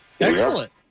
excellent